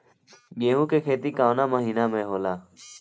गेहूँ के खेती कवना महीना में होला?